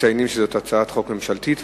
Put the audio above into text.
מציינים שזו הצעת חוק ממשלתית.